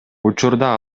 учурда